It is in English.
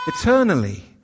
Eternally